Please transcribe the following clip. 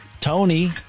Tony